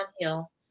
downhill